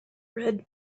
red